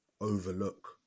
overlook